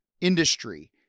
industry